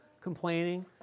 complaining